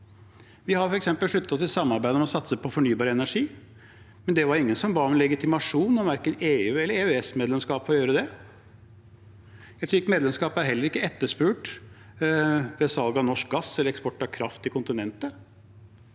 Vi har f.eks. sluttet oss til samarbeidet om å satse på fornybar energi. Det var ingen som ba om legitimasjon for verken EU- eller EØS-medlemskap for å gjøre det. Et slikt medlemskap er heller ikke etterspurt ved salg av norsk gass eller eksport av kraft til kontinentet.